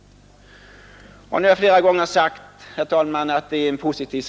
Jag har flera gånger sagt att utskottets skrivning är positiv.